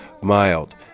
mild